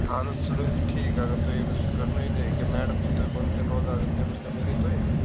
آہَن حظ سُہ روزِ ٹھیٖک اگر تُہۍ أمِس کٔرنٲوِ نا ایٚکیٛاہ میڈم چھُ تۄہہِ بۅن کَنہِ روزان اگر تٔمِس تہِ ؤنِو تُہۍ